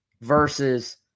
versus